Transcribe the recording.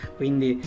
quindi